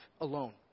alone